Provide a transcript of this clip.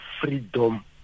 freedom